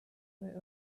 were